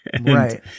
Right